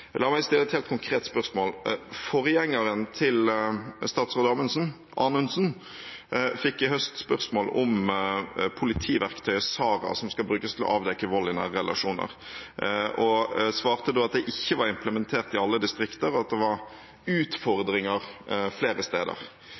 La meg stille et helt konkret spørsmål. Forgjengeren til statsråd Amundsen, Anundsen, fikk i høst spørsmål om politiverktøyet SARA, som skal brukes til å avdekke vold i nære relasjoner. Han svarte da at det ikke var implementert i alle distrikter, og at det var utfordringer flere steder.